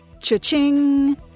Cha-ching